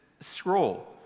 scroll